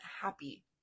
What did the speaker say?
happy